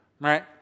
Right